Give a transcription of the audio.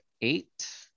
eight